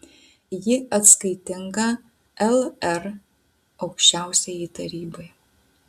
ji atskaitinga lr aukščiausiajai tarybai